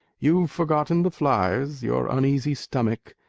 you've forgotten the flies, your uneasy stomach,